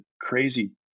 crazy